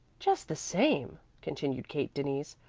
just the same, continued kate denise,